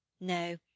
No